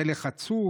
זה לחצוף,